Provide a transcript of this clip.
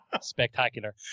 spectacular